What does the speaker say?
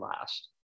last